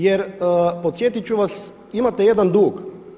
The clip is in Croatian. Jer podsjetit ću vas imate jedan dug.